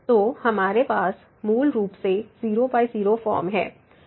तो हमारे पास मूल रूप से 00 फॉर्म है